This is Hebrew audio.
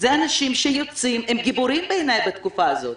אלה אנשים שהם גיבורים בעיניי בתקופה הזאת.